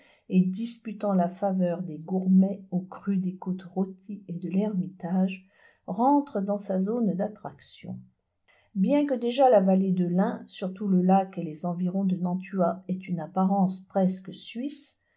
et disputant la faveur des gourmets aux crûs des côtes rôties et de l'ermitage rentrent dans sa zone d'attraction bien que déjà la vallée de l'ain surtout le lac et les environs de nantua aient une apparence presque suisse